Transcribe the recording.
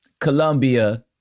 Colombia